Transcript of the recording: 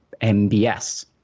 mbs